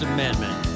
Amendment